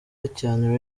riderman